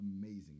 Amazing